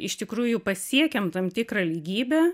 iš tikrųjų pasiekiam tam tikrą lygybę